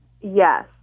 Yes